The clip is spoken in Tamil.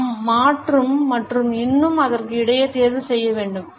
நாம் மாற்றம் மற்றும் இன்னும் அதற்கு இடையே தேர்வு செய்ய வேண்டும்